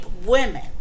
women